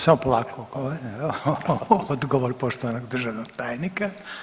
Samo polako, odgovor poštovanog državnog tajnika.